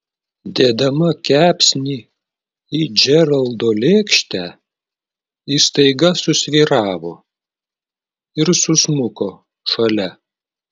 dėdama kepsnį į džeraldo lėkštę ji staiga susvyravo ir susmuko šalia